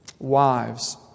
Wives